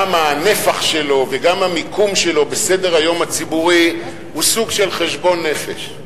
גם הנפח שלו וגם המיקום שלו בסדר-היום הציבורי הם סוג של חשבון נפש.